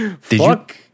Fuck